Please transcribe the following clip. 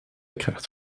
krijgt